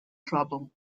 trouble